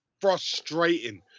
frustrating